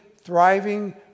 thriving